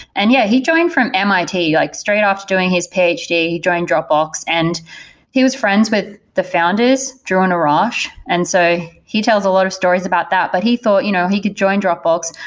and yeah, he joined from mit, like straight off doing his ph d. he joined dropbox and he was friends with the founders, drew and arash, and so he tells a lot of stories about that, but he thought you know he could join dropbox,